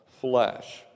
flesh